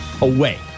away